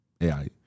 AI